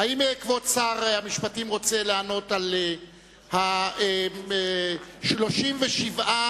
האם כבוד שר המשפטים רוצה לענות על 37 הצעות